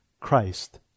Christ